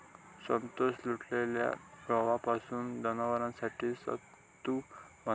संतोष तुटलेल्या गव्हापासून जनावरांसाठी सत्तू बनवता